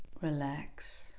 relax